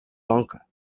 lanka